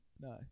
No